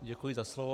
Děkuji za slovo.